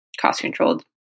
cost-controlled